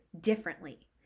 differently